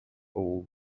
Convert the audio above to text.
old